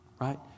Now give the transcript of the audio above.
Right